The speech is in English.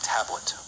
Tablet